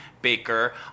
Baker